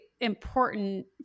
important